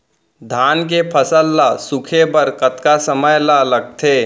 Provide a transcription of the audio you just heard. धान के फसल ल सूखे बर कतका समय ल लगथे?